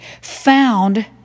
found